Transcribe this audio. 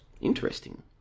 Interesting